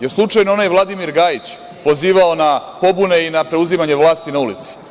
Jel slučajno onaj Vladimir Gajić pozivao na pobune i na preuzimanje vlasti na ulici?